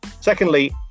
Secondly